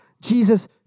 Jesus